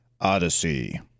Odyssey